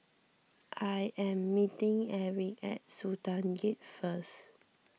I am meeting Eric at Sultan Gate first